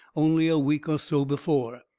only a week or so before.